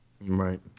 Right